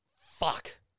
fuck